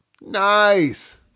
Nice